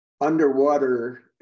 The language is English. underwater